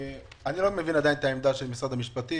אני לא מבין עדיין את העמדה של משרד המשפטים,